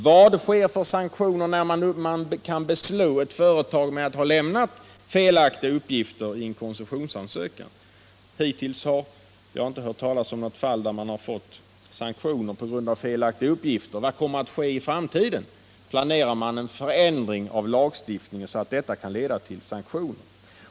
Vad sker det för sanktioner, när man kan beslå ett företag med att ha lämnat felaktiga uppgifter i en koncessionsansökan? Hittills har jag inte hört talas om något fall där det har förekommit sanktioner på grund av felaktiga uppgifter. Vad kommer att ske i framtiden? Planeras det en förändring av lagstiftningen så att detta kan leda till sanktioner?